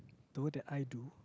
the word that I do